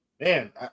Man